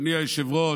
אדוני היושב-ראש,